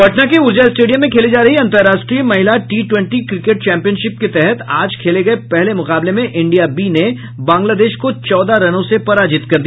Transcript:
पटना के ऊर्जा स्टेडियम में खेली जा रही अन्तर्राष्ट्रीय महिला टी ट्वेंटी क्रिकेट चैंपियनशिप के तहत आज खेले गये पहले मुकाबले में इंडिया बी ने बांग्लादेश को चौदह रनों से पराजित कर दिया